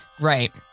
Right